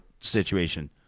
situation